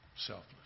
selfless